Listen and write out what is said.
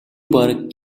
бараг